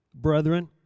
brethren